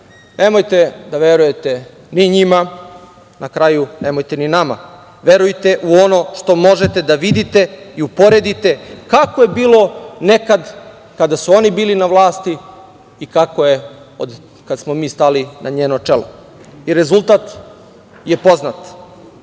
nemojte da verujete ni njima, na kraju, nemojte ni nama, verujte u ono što možete da vidite i uporedite kako je bilo nekad kada su oni bili na vlasti i kako je od kad smo mi stali na njeno čelo. Rezultat je poznat.